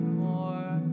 more